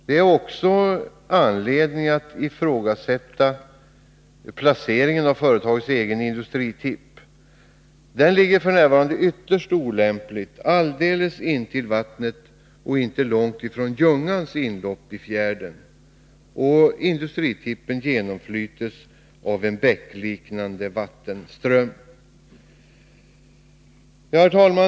Det finns också anledning att ifrågasätta placeringen av företagets egen industritipp. Den ligger f. n. ytterst olämpligt, alldeles intill vattnet och inte långt från Ljungans utlopp i fjärden, och genomflytes av en bäckliknande vattenström.